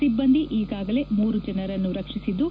ಸಿಬ್ಬಂದಿ ಈಗಾಗಲೇ ಮೂರು ಜನರನ್ನು ರಕ್ಷಿಸಿದ್ದು